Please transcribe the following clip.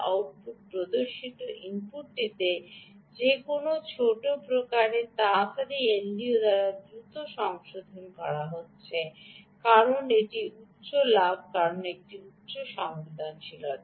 আউটপুটে প্রদর্শিত ইনপুটটিতে যে কোনও ছোট প্রকারের তাড়াতাড়ি এলডিও দ্বারা দ্রুত সংশোধন করা হয়েছে কারণ এটি উচ্চ লাভ কারণ এটি উচ্চ সংবেদনশীলতা